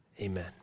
Amen